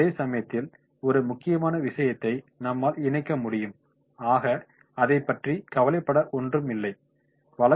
அதேசமயத்தில் ஒரு முக்கியமான விஷத்தை நம்மால் இணைக்க முடியும் ஆக அதைப் பற்றி கவலைப்பட ஒன்றும் தேவையில்லை